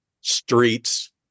Streets